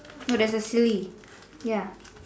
no there's a silly ya